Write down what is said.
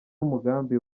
umugambi